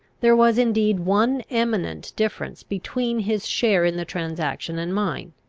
there was indeed one eminent difference between his share in the transaction and mine.